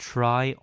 Try